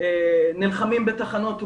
נלחמים בטחנות רוח.